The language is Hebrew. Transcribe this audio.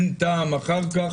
אין טעם אחר כך.